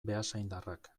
beasaindarrak